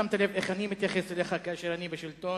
שמת לב איך אני מתייחס אליך כאשר אני בשלטון,